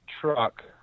truck